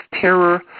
terror